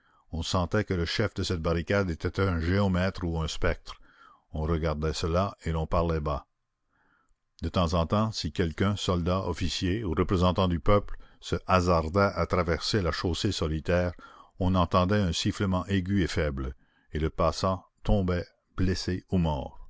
on sentait que le chef de cette barricade était un géomètre ou un spectre on regardait cela et l'on parlait bas de temps en temps si quelqu'un soldat officier ou représentant du peuple se hasardait à traverser la chaussée solitaire on entendait un sifflement aigu et faible et le passant tombait blessé ou mort